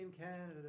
Canada